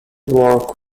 work